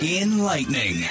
enlightening